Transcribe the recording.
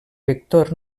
vector